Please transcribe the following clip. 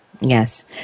Yes